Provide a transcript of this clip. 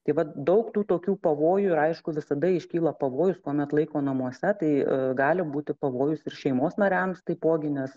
tai va daug tų tokių pavojų ir aišku visada iškyla pavojus kuomet laiko namuose tai gali būti pavojus ir šeimos nariams taipogi nes